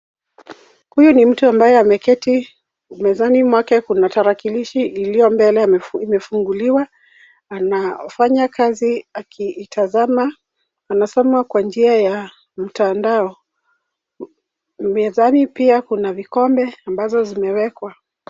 Huyu ni mtu ambaye ameketi mezani mwake kuna tarakilishi iliyo mbele imefuguliwa. Anafanya kazi akiitazama. Anasoma kwa njia ya mtandao. Mezani pia kuna vikombe ambazo zimewekwa.